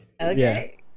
Okay